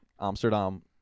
Amsterdam